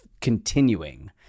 continuing